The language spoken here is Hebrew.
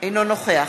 אינו נוכח